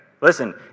Listen